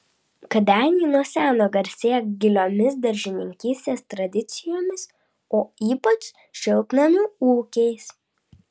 kėdainiai nuo seno garsėja giliomis daržininkystės tradicijomis o ypač šiltnamių ūkiais